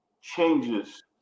changes